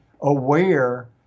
aware